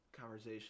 conversation